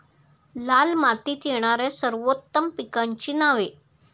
लाल मातीत येणाऱ्या सर्वोत्तम पिकांची नावे?